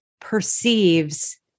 perceives